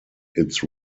its